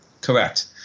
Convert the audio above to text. Correct